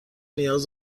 نیاز